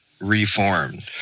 reformed